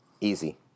Easy